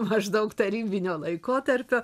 maždaug tarybinio laikotarpio